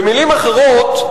במלים אחרות,